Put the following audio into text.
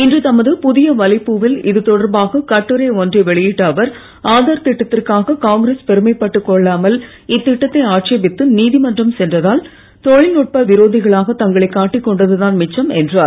இன்று தமது புதிய வலைப்பூவில் இதுதொடர்பாக கட்டுரை ஒன்றை வெளியிட்ட அவர் ஆதார் திட்டத்திற்காக காங்கிரஸ் பெருமைப்பட்டு கொள்ளாமல் இத்திட்டத்தை ஆட்சேபித்து நீதிமன்றம் சென்றதால் தொழில்நுட்ப விரோதிகளாக தங்களை காட்டிக் கொண்டதுதான் மிச்சம் என்றார்